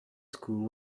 school